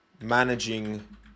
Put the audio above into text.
managing